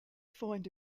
find